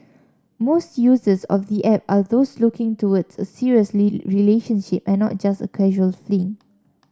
most users of the app are those looking towards a seriously relationship and not just a casual fling